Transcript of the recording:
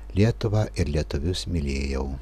lietuvą ir lietuvius mylėjau